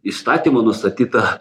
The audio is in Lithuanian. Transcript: įstatymų nustatyta